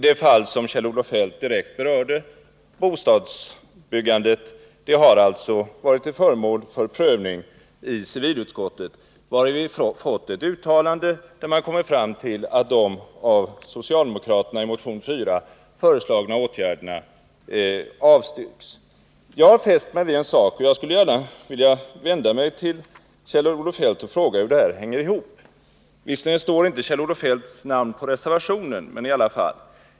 Det fall som Kjell-Olof Feldt berörde, bostadsbyggandet, har alltså varit föremål för prövning i civilutskottet, varifrån vi har fått ett uttalande. Man har där kommit fram till att de av socialdemokraterna i motion 4 föreslagna åtgärderna har avstyrkts. Jag har fäst mig vid en sak — och jag skulle gärna vilja vända mig till Kjell-Olof Feldt och fråga hur det här hänger ihop. Visserligen står inte Kjell-Olof Feldts namn på reservationen, men i alla fall.